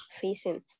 facing